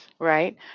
right